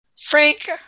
Frank